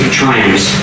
triumphs